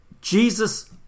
Jesus